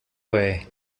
way